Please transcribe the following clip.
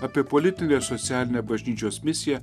apie politinę socialinę bažnyčios misiją